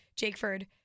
Jakeford